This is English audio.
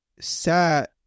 sad